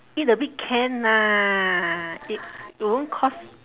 eat a bit can lah it it won't cause